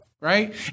Right